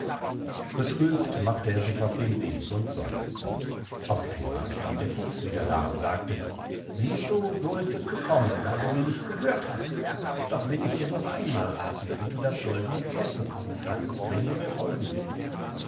betrübt machte er sich auf den weg und seufzte auf einmal stand der fuchs wieder da und sagte siehst du so ist es gekommen weil du mir nicht gehört hast doch will ich dir noch einmal rathen wie du das goldne pferd bekommen kannst wenn du mir folgen willst